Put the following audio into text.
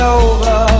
over